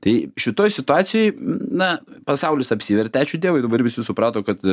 tai šitoj situacijoj na pasaulis apsivertė ačiū dievui dabar visi suprato kad